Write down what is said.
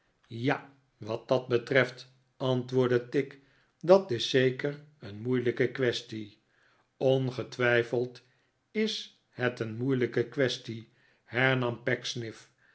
ja wat dat betreft antwoordde tigg n dat is zeker een moeilijke quaestie ongetwijfeld is het een moeilijke quaestie hernam